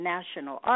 National